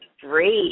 great